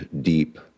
deep